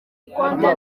rwanda